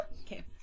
Okay